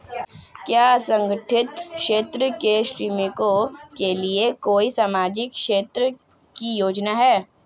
क्या असंगठित क्षेत्र के श्रमिकों के लिए कोई सामाजिक क्षेत्र की योजना है?